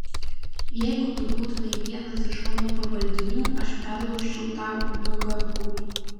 jeigu tu būtumei vienas iš mano pavaldinių aš perlaužčiau tau nugarkaulį